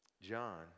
John